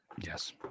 Yes